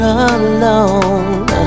alone